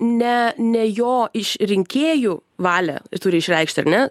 ne ne jo iš rinkėjų valią turi išreikšti ar ne